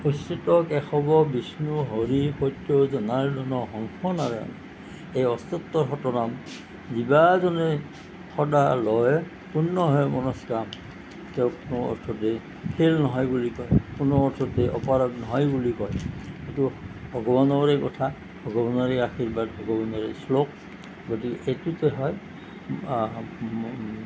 অচ্যুত কেশৱ বিষ্ণু হৰি সত্য জনাৰ্দ্দন হংস নাৰায়ণ এই অষ্ট নাম যিবাজনে সদা লয় পূৰ্ণ হয় মনস্কাম তেওঁক কোনো অৰ্থতেই ফেইল নহয় বুলি কয় কোনো অৰ্থতেই অপৰাধ নহয় বুলি কয় সেইটো ভগৱানৰেই কথা ভগৱানৰেই আশীৰ্বাদ ভগৱানৰেই শ্লোক গতিকে এইটোতে হয়